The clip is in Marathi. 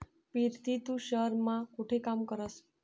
पिरती तू शहेर मा कोठे काम करस?